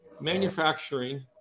manufacturing